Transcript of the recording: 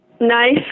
nice